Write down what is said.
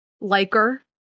liker